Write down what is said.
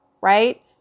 right